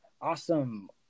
Awesome